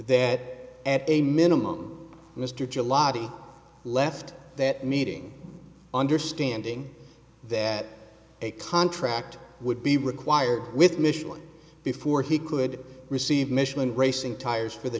that at a minimum mr chalabi left that meeting understanding that a contract would be required with micheline before he could receive mission racing tires for the